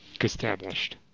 established